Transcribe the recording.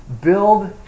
Build